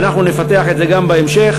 ואנחנו נפתח את זה גם בהמשך,